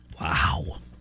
Wow